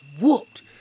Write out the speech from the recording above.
whooped